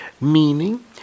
meaning